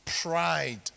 Pride